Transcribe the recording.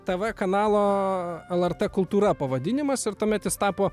tv kanalo lrt kultūra pavadinimas ir tuomet jis tapo